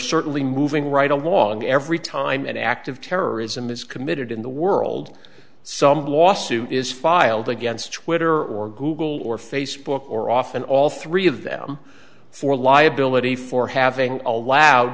certainly moving right along every time an act of terrorism is committed in the world some of the lawsuit is filed against twitter or google or facebook or often all three of them for liability for having allo